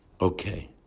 Okay